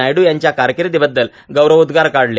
नायडू यांच्या कारकीर्दीबद्दल गौरवोद्गार काढले